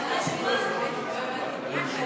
אני רשומה.